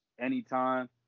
anytime